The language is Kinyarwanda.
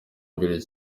imbere